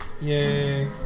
Yay